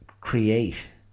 create